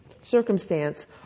circumstance